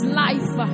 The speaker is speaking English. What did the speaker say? life